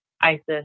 ISIS